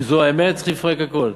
אם זו אמת, צריכים לפרק הכול.